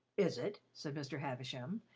is it? said mr. havisham.